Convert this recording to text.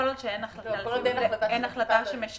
ההחלטה תקפה כל עוד אין החלטה שמשנה.